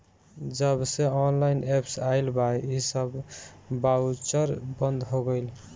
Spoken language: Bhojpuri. जबसे ऑनलाइन एप्प आईल बा इ सब बाउचर बंद हो गईल